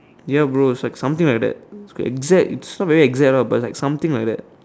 ya bro it's like something like that it's the exact it's not very exact lah but it's like something like that